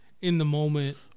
in-the-moment